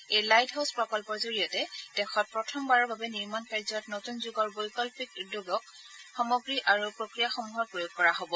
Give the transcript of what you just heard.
এই light house প্ৰকল্পৰ জৰিয়তে দেশত প্ৰথমবাৰৰ বাবে নিৰ্মাণ কাৰ্যত নতুন যুগৰ বৈকল্পিক উদ্যোগিক সামগ্ৰী আৰু প্ৰক্ৰিয়াসমূহৰ প্ৰয়োগ কৰা হব